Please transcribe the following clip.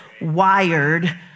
wired